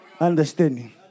Understanding